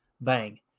Bang